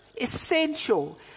essential